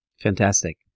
Fantastic